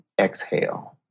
exhale